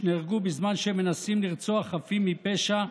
שנהרגו בזמן שהם מנסים לרצוח חפים מפשע,